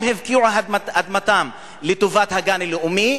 הפקיעו את אדמתם לטובת הגן הלאומי,